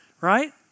right